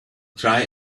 try